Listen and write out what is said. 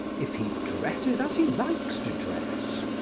if he dresses as he likes to dress.